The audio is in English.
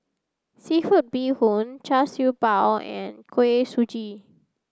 seafood bee hoon char siew bao and kuih suji